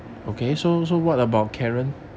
eh 这段